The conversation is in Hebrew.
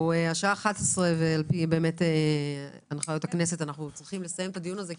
השעה היא 11:00 ועל פי הנחיות הכנסת אנחנו צריכים לסיים את הדיון הזה,